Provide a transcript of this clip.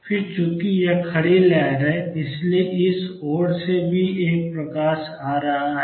फिर चूंकि यह खड़ी लहर है इसलिए इस ओर से भी एक प्रकाश आ रहा है